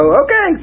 okay